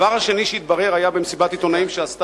הדבר השני התברר במסיבת עיתונאים שערכה